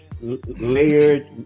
layered